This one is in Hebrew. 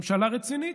ממשלה רצינית,